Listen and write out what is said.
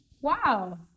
Wow